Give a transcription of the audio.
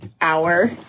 hour